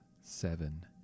seven